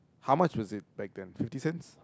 how much was it back then fifty cents